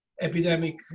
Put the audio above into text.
epidemic